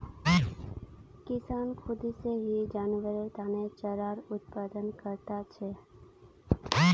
किसान खुद से ही जानवरेर तने चारार उत्पादन करता छे